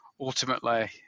ultimately